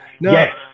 yes